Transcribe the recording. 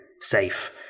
safe